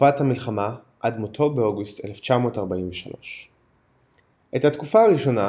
ותקופת המלחמה עד מותו באוגוסט 1943. את התקופה הראשונה